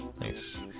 Nice